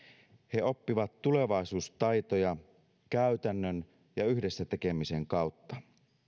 he oppivat tulevaisuustaitoja käytännön ja yhdessä tekemisen kautta